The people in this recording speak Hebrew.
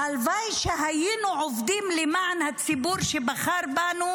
שהלוואי שהיינו עובדים למען הציבור שבחר בנו